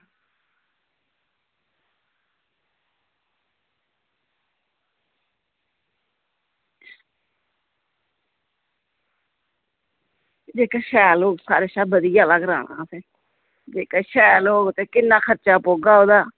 जेहकी शैल होग सारे कशा बधिया आहला कराना असें जेहडी शैल होग किन्ना पौगा ओहदा